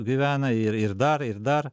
gyvena ir ir dar ir dar